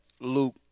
Luke